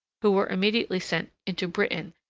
who were immediately sent into britain,